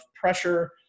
pressure